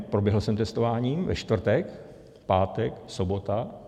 Proběhl jsem testováním ve čtvrtek, pátek, sobota.